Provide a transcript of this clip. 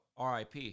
RIP